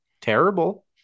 terrible